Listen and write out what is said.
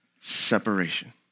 separation